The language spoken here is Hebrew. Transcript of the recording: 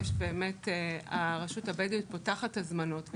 הרשות הבדואית פותחת הזמנות,